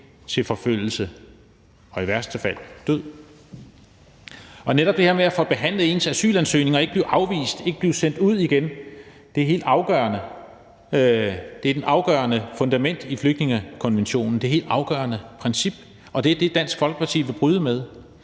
til forfølgelse og i værste fald døden. Netop det her med at få behandlet sin asylansøgning og ikke blive afvist, ikke blive sendt ud igen, er helt afgørende. Det er det afgørende fundament i flygtningekonventionen, det helt afgørende princip, og det er det, Dansk Folkeparti vil bryde med.